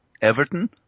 Everton